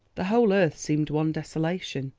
the whole earth seemed one desolation,